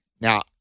Now